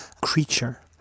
creature